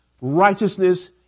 righteousness